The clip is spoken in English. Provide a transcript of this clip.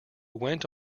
went